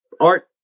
Art